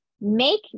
make